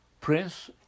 prince